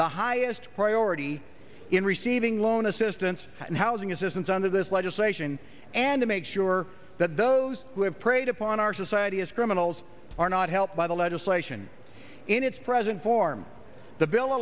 the highest priority in receiving loan assistance and housing assistance under this legislation and to make sure that those who have preyed upon our society as criminals are not helped by the legislation in its present form the bill